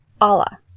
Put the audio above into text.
Allah